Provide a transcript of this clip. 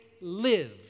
live